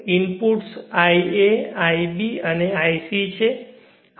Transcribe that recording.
inputs ia ibઅને ic છે